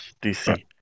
DC